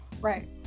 Right